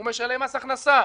הוא משלם מס הכנסה.